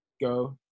go